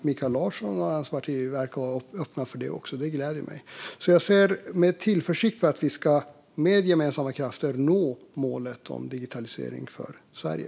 Mikael Larsson och hans parti verkar också vara öppna för det, vilket gläder mig. Jag ser med tillförsikt på att vi med gemensamma krafter kan nå målet om digitalisering för Sverige.